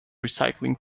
recycling